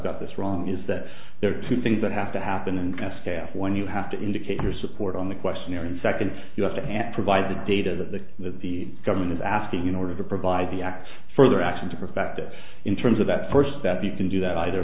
got this wrong is that there are two things that have to happen and staff when you have to indicate your support on the questionnaire and second you have to have provided data that the that the government is asking in order to provide the act further action to prospective in terms of that first that the can do that either